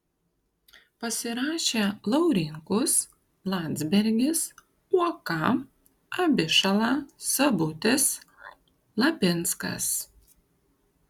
pasirašė laurinkus landsbergis uoka abišala sabutis lapinskas